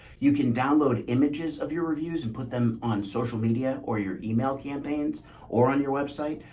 you can download images of your reviews and put them on social media or your email campaigns or on your website.